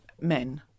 Men